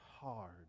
hard